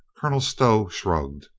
colonel stow shrugged.